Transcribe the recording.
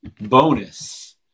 bonus